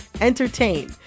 entertain